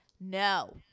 No